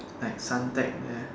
like Suntec there